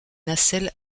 nacelle